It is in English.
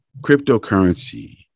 cryptocurrency